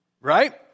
Right